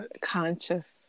conscious